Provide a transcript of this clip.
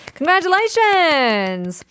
Congratulations